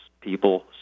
people